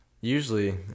usually